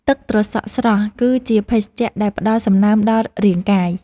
ទឹកត្រសក់ស្រស់ គឺជាភេសជ្ជ:ដែលផ្តល់សំណើមដល់រាងកាយ។